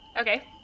okay